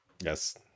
yes